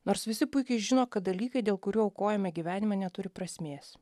nors visi puikiai žino kad dalykai dėl kurių aukojame gyvenime neturi prasmės